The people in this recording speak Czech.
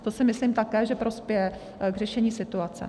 To si myslím také, že prospěje k řešení situace.